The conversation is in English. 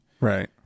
Right